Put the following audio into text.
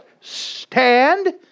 Stand